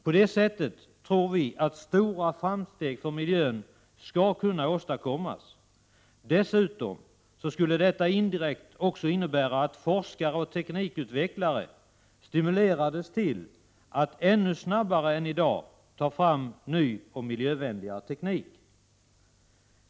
På det sättet tror vi att stora framsteg för miljön skulle kunna åstadkommas. Dessutom skulle detta indirekt innebära att forskare och teknikutvecklare stimulerades till att ännu snabbare än i dag ta fram ny och miljövänligare teknik.